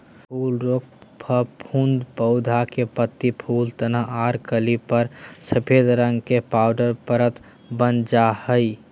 फूल रोग फफूंद पौधा के पत्ती, फूल, तना आर कली पर सफेद रंग के पाउडर परत वन जा हई